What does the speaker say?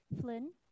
Flynn